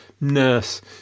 nurse